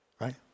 Right